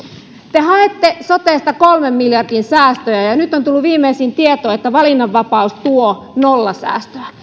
te haette sotesta kolmen miljardin säästöjä ja ja nyt on tullut viimeisin tieto että valinnanvapaus tuo nolla säästöä